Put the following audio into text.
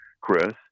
Chris